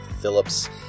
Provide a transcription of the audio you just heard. Phillips